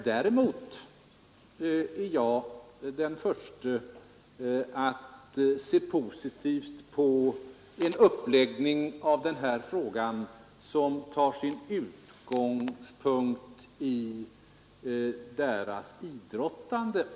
Däremot är jag den förste att se positivt på en uppläggning av den här frågan som tar sin utgångspunkt i deras faktiska situation.